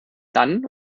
dann